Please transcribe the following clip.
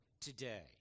today